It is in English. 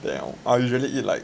damn I usually eat like